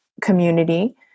community